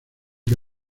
que